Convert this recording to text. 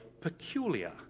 peculiar